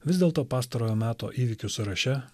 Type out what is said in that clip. vis dėlto pastarojo meto įvykių sąraše